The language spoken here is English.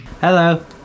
Hello